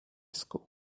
school